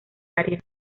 área